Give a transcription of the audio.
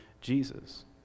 Jesus